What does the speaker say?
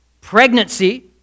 pregnancy